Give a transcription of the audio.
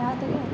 भऽ तऽ गेल